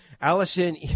Allison